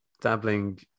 dabbling